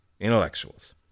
intellectuals